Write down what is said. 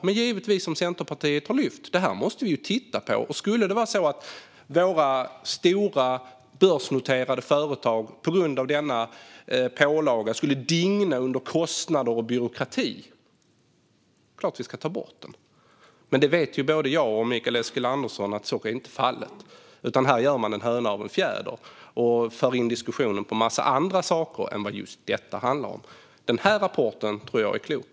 Men givetvis är det som Centerpartiet har lyft upp, att det här måste vi titta på. Skulle våra stora börsnoterade företag på grund av denna pålaga digna under kostnader och byråkrati är det klart att vi ska ta bort den. Både Mikael Eskilandersson och jag vet dock att så inte blir fallet. Här gör man en höna av en fjäder och för in diskussionen på en massa andra saker än vad detta handlar om. Den här rapporten tror jag är klok.